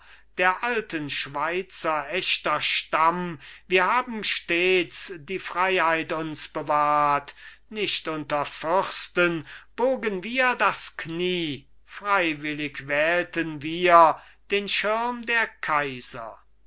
der alten schweizer echter stamm wir haben stets die freiheit uns bewahrt nicht unter fürsten bogen wir das knie freiwillig wählten wir den schirm der kaiser